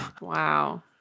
Wow